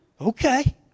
Okay